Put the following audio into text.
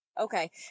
Okay